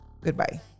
Goodbye